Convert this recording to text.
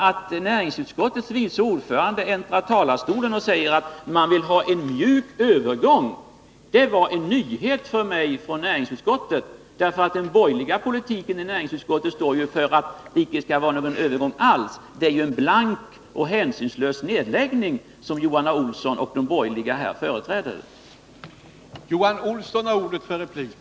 När näringsutskottets vice ordförande äntrade talarstolen och sade att man vill ha en mjuk övergång, så var den upplysningen en nyhet för mig. Den borgerliga politiken i näringsutskottet innebär ju att det inte skall bli någon övergång alls. Det ställningstagande som Johan A. Olsson och de borgerliga företräder innebär ett blankt nej och en hänsynslös nedläggning.